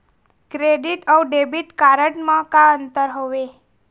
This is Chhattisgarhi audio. क्रेडिट अऊ डेबिट कारड म का अंतर हावे?